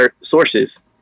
sources